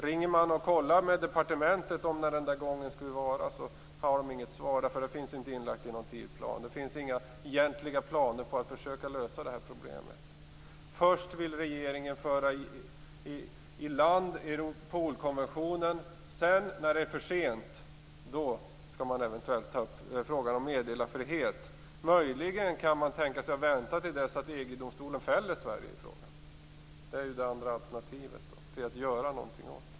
Om man ringer till departementet för att kontrollera när "någon annan gång" är, ges det inget svar. Det här finns nämligen inte inlagt i någon tidsplan. Det finns egentligen inga planer på att försöka lösa problemet. Först vill regeringen föra i land Europolkonventionen. Sedan, när det är för sent, skall man eventuellt ta upp frågan om meddelarfriheten. Möjligen kan man tänka sig att vänta till dess att EG-domstolen fäller Sverige i det sammanhanget. Det är ett alternativ till att verkligen göra något här.